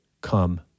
come